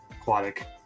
aquatic